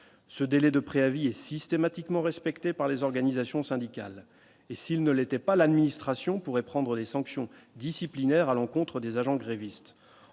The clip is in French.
ce délai de préavis et systématiquement respecté par les organisations syndicales et s'ils ne l'étaient pas l'administration pourrait prendre des sanctions disciplinaires à l'encontre des agents grévistes